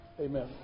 Amen